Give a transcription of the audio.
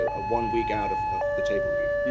ah one week out of of the table read.